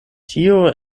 tio